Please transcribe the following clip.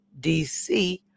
DC